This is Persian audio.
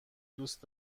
دوست